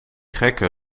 gekke